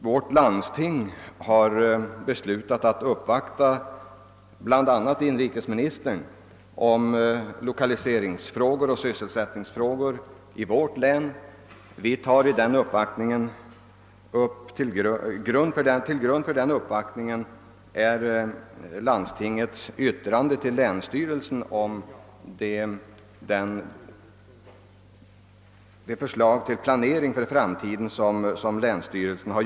Vårt landsting har beslutat uppvakta inrikesministern om lokaliseringsoch sysselsättningsfrågor i länet, och till grund för den uppvaktningen ligger landstingets yttrande till länsstyrelsen med förslag till målsättning för framtiden av länets utveckling.